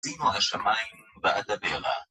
דינו השמיים ואדברה